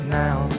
now